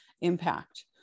impact